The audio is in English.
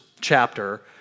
chapter